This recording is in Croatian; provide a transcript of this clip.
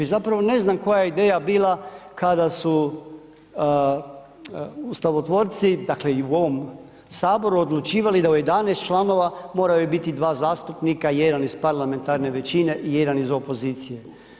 I zapravo ne znam koja je ideja bila kada su ustavotvorci, dakle i u ovom Saboru odlučivali da od 11 članova moraju biti 2 zastupnika, jedan iz parlamentarne većine i 1 iz opozicije.